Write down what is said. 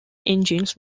engines